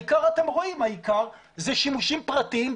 העיקר, אתם רואים, אלה שימושים פרטיים.